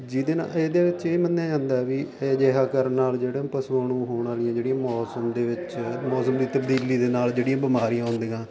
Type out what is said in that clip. ਜਿਹਦੇ ਨਾਲ ਇਹਦੇ 'ਚ ਇਹ ਮੰਨਿਆ ਜਾਂਦਾ ਵੀ ਅਜਿਹਾ ਕਰਨ ਨਾਲ ਜਿਹੜੇ ਪਸ਼ੂਆਂ ਨੂੰ ਹੋਣ ਵਾਲੀਆਂ ਜਿਹੜੀਆਂ ਮੌਸਮ ਦੇ ਵਿੱਚ ਮੌਸਮ ਦੀ ਤਬਦੀਲੀ ਦੇ ਨਾਲ ਜਿਹੜੀਆਂ ਬਿਮਾਰੀਆਂ ਹੁੰਦੀਆਂ